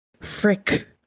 Frick